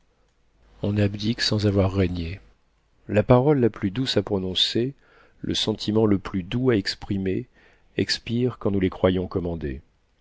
on abdique sans avoir régné la parole la plus douce à prononcer le sentiment le plus doux à exprimer expirent quand nous les croyons commandés